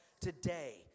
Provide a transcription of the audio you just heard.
today